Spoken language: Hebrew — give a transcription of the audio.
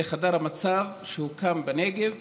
זה חדר המצב שהוקם בנגב.